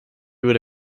would